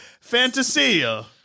Fantasia